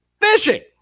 Fishing